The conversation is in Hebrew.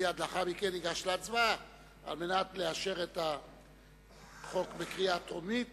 ומייד לאחר מכן ניגש להצבעה על מנת לאשר את החוק בקריאה טרומית,